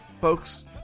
folks